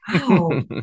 Wow